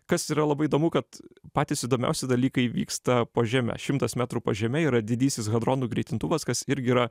kas yra labai įdomu kad patys įdomiausi dalykai vyksta po žeme šimtas metrų po žeme yra didysis hadronų greitintuvas kas irgi yra